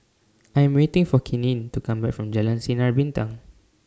I Am waiting For Keenen to Come Back from Jalan Sinar Bintang